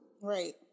Right